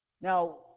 Now